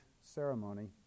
ceremony